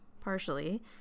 partially